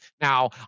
Now